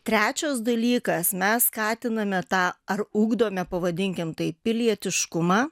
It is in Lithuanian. trečias dalykas mes skatiname tą ar ugdome pavadinkim taip pilietiškumą